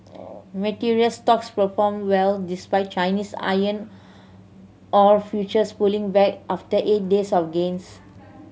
material stocks performed well despite Chinese iron ore futures pulling back after eight days of gains